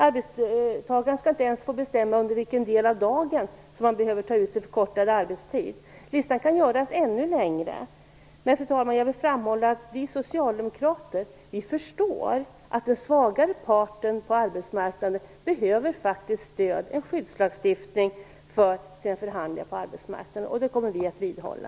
Arbetstagaren skall inte ens få bestämma till vilken del av dagen han eller hon skall förlägga sin förkortade arbetstid. Listan kan göras ännu längre. Fru talman! Jag vill framhålla att vi socialdemokrater förstår att den svagare parten på arbetsmarknaden behöver stöd - en skyddslagstiftning för förhandlingarna på arbetsmarknaden. Det kommer vi att vidhålla.